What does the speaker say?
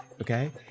okay